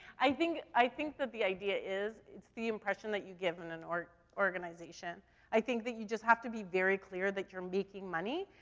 i think, i think that the idea is it's the impression that you give in an org organization i think that you just have to be very clear that you're making money.